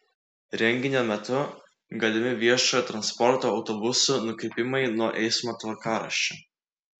renginio metu galimi viešojo transporto autobusų nukrypimai nuo eismo tvarkaraščių